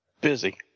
Busy